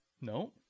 No